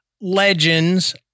legends